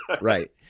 right